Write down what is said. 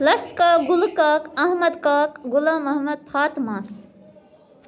لس کاک گُلہٕ کاک احمد کاک غلام احمد فاطہٕ ماس